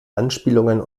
anspielungen